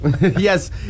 Yes